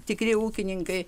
tikri ūkininkai